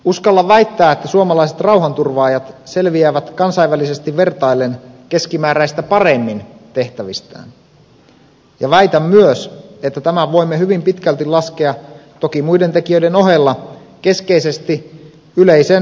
uskallan väittää että suomalaiset rauhanturvaajat selviävät kansainvälisesti vertaillen keskimääräistä paremmin tehtävistään ja väitän myös että tämän voimme hyvin pitkälti laskea toki muiden tekijöiden ohella keskeisesti yleisen asevelvollisuutemme varaan